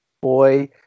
boy